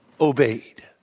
obeyed